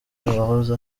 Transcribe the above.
wahoze